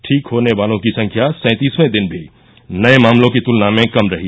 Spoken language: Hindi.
ठीक होने वालों की संख्या सैंतीसवें दिन भी नये मामलों की तुलना में कम रही